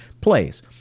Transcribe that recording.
place